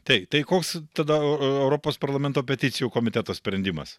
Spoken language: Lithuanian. tai tai koks tada europos parlamento peticijų komiteto sprendimas